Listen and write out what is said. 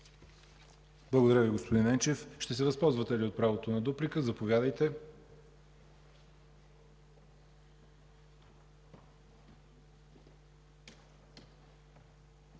Благодаря Ви, господин Енчев. Ще се възползвате ли от правото на дуплика? Заповядайте.